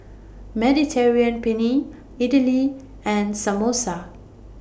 Mediterranean Penne Idili and Samosa